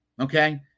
okay